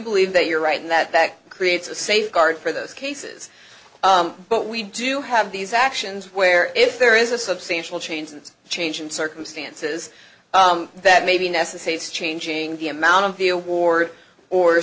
believe that you're right in that that creates a safeguard for those cases but we do have these actions where if there is a substantial change and change in circumstances that may be necessary if changing the amount of the award or